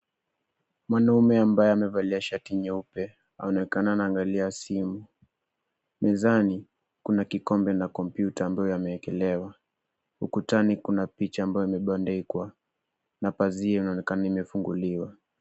Mwanaume ambaye amevalia shati nyeupe anaonekana anaangalia simu. Mezani kuna kikombe na kompyuta ambayo yamewekelewa. Ukutani kuna picha ambayo imebandikwa na pazia inaonekana imefunguliwa.